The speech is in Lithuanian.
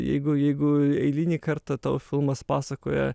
jeigu jeigu eilinį kartą tau filmas pasakoja